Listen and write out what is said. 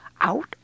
out